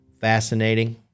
Fascinating